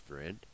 friend